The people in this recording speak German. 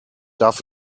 darf